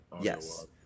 Yes